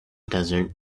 desert